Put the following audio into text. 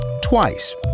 twice